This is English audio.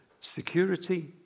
security